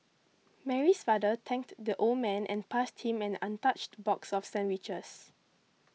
Mary's father thanked the old man and passed him an untouched box of sandwiches